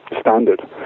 standard